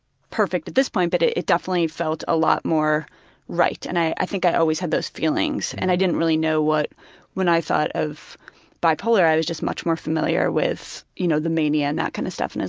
perfect at this point, but it definitely felt a lot more right. and i think i always had those feelings and i didn't really know what when i thought of bipolar, i was just much more familiar with, you know, the mania and that kind of stuff, and